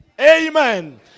Amen